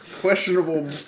questionable